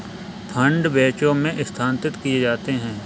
fund बैचों में स्थानांतरित किए जाते हैं